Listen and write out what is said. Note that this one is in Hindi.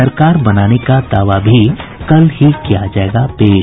सरकार बनाने का दावा भी कल ही किया जायेगा पेश